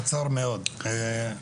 קצר מאוד,